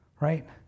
Right